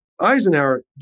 Eisenhower